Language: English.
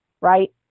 right